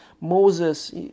Moses